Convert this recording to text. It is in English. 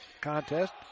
contest